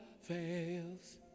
fails